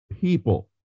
people